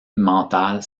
mentale